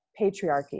patriarchy